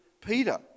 Peter